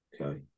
Okay